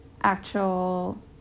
actual